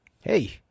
hey